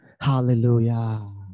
Hallelujah